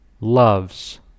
loves